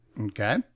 Okay